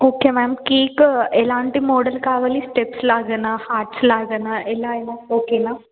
okay ma'am cake ఎలాంటి model కావాలి steps లాగానా హార్ట్స్ లాగానా ఎలా ఇలా ఓకేనా